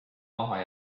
maha